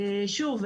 שוב,